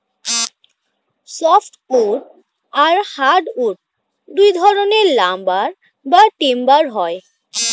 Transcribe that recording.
soft wood আর hard wood দুই ধরনের লাম্বার বা টিম্বার হয়